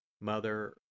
Mother